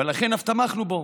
ולכן אף תמכנו בו,